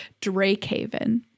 Drakehaven